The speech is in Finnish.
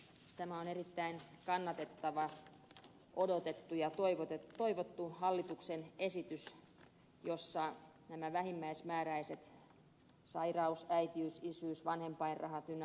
tämä on erittäin kannatettava odotettu ja toivottu hallituksen esitys jossa nämä vähimmäismääräiset sairaus äitiys isyys vanhempainrahat ynnä muuta